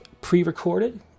pre-recorded